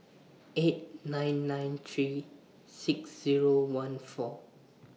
eight nine nine three six Zero one four